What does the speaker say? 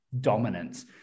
dominance